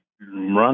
run